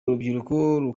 urubyiruko